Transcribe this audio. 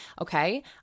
okay